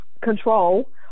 control